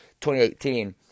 2018